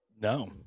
No